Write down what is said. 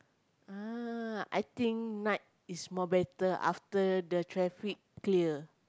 ah I think night is more better after the traffic clear